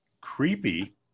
Creepy